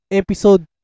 episode